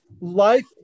life